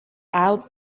out